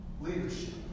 leadership